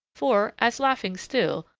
for as, laughing still,